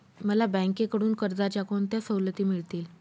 मला बँकेकडून कर्जाच्या कोणत्या सवलती मिळतील?